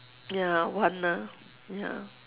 ya one ah ya